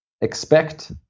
expect